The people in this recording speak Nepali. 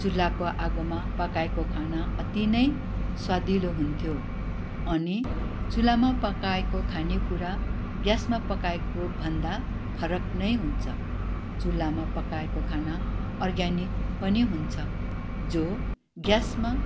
चुल्हामा पकाएको खाना अति नै स्वादिलो हुन्थ्यो अनि चुल्हामा पकाएको खानेकुरा ग्यासमा पकाएकोभन्दा फरक नै हुन्छ चुल्हामा पकाएको खाना अर्ग्यानिक पनि हुन्छ जो ग्यासमा